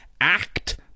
act